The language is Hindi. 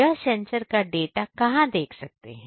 यह सेंसर का डाटा कहां देख सकते हैं